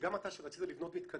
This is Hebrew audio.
שגם אתה, כשרצית לבנות מתקנים,